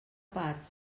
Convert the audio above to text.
part